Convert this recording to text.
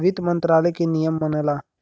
वित्त मंत्रालय के नियम मनला